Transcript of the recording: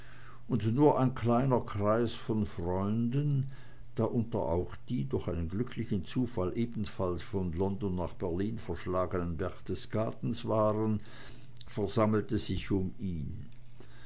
und nur ein kleiner kreis von freunden darunter auch die durch einen glücklichen zufall ebenfalls von london nach berlin verschlagenen berchtesgadens waren versammelte sich um ihn